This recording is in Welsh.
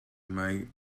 mae